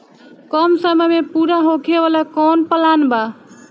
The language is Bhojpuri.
कम समय में पूरा होखे वाला कवन प्लान बा?